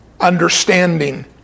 understanding